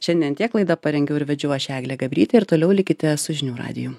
šiandien tiek laidą parengiau ir vedžiau aš eglė gabrytė ir toliau likite su žinių radiju